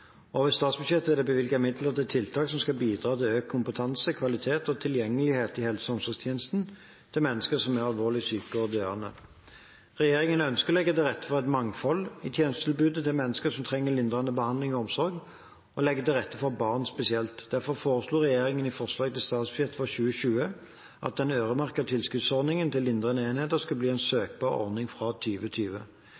statsbudsjettet er det bevilget midler til tiltak som skal bidra til økt kompetanse, kvalitet og tilgjengelighet i helse- og omsorgstjenesten til mennesker som er alvorlig syke og døende. Regjeringen ønsker å legge til rette for et mangfold i tjenestetilbudet til mennesker som trenger lindrende behandling og omsorg, og legge til rette for barn spesielt. Derfor foreslo regjeringen i statsbudsjettet for 2020 at den øremerkede tilskuddsordningen til lindrende enheter skulle bli en